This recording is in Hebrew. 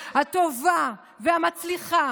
הטובה והמצליחה,